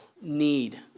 need